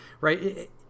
Right